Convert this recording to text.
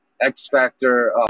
X-Factor